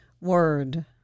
word